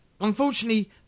Unfortunately